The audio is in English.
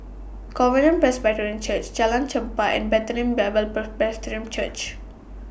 Covenant Presbyterian Church Jalan Chempah and Bethlehem Bible Presbyterian Church